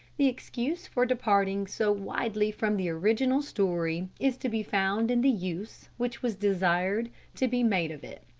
the excuse for departing so widely from the original story is to be found in the use which was desired to be made of it.